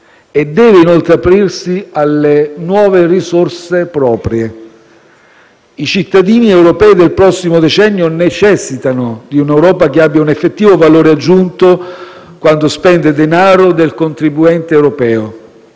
Deve, inoltre, aprirsi alle nuove risorse proprie. I cittadini europei del prossimo decennio necessitano di un'Europa che abbia un effettivo valore aggiunto quando spende denaro del contribuente europeo.